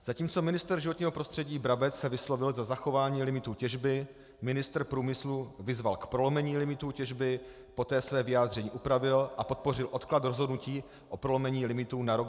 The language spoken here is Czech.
Zatímco ministr životního prostředí Brabec se vyslovil za zachování limitů těžby, ministr průmyslu vyzval k prolomení limitů těžby, poté své vyjádření upravil a podpořil odklad rozhodnutí o prolomení limitů na rok 2020.